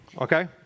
Okay